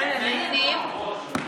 אני מבקש,